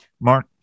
Mark